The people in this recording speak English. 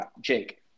Jake